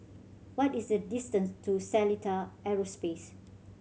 what is the distance to Seletar Aerospace